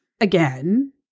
Again